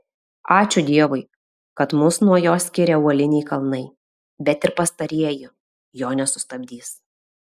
ačiū dievui kad mus nuo jo skiria uoliniai kalnai bet ir pastarieji jo nesustabdys